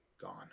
gone